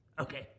Okay